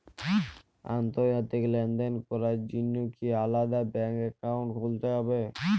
আন্তর্জাতিক লেনদেন করার জন্য কি আলাদা ব্যাংক অ্যাকাউন্ট খুলতে হবে?